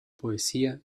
poesía